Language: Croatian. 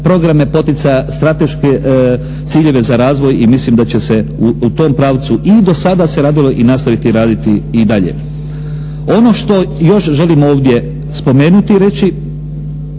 programe poticaja, strateške ciljeve za razvoj i mislim da će se u tom pravcu i do sada se radilo i nastaviti raditi i dalje. Ono što još želim još ovdje spomenuti i reći,